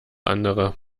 andere